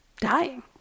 dying